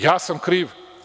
Ja sam kriv.